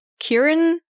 Kieran